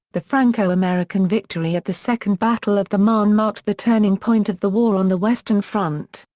the franco-american victory at the second battle of the marne marked the turning point of the war on the western front.